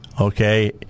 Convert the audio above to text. Okay